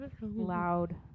loud